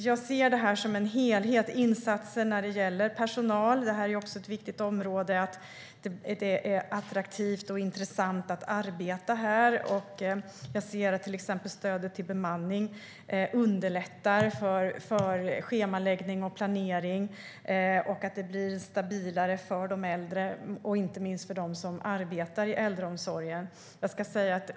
Jag ser detta som en helhet. Det handlar om insatser när det gäller personal. Det är ett viktigt område, och det är viktigt att det är attraktivt och intressant att arbeta här, och jag ser att till exempel stödet till bemanning underlättar för schemaläggning och planering och att det blir stabilare för de äldre och inte minst för dem som arbetar i äldreomsorgen.